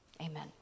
Amen